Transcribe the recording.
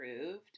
approved